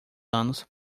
anos